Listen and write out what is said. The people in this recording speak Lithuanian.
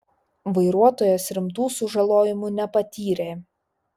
vairuotojas rimtų sužalojimų nepatyrė